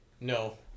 No